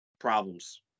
problems